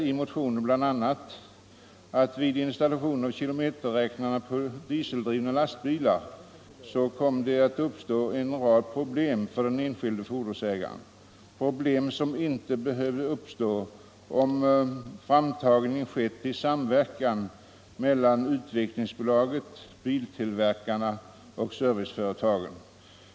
I motionen sägs bl.a. att vid installation av kilometerräknare för dieseldrivna lastbilar kom det att uppstå en rad problem för den enskilde fordonsägaren, problem som inte behövt uppstå om framtagningen av apparaturen skett i samverkan mellan Utvecklingsbolaget, biltillverkarna och serviceföretagen.